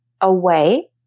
away